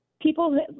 people